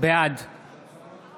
בעד